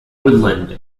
woodland